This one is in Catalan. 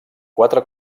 quatre